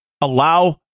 allow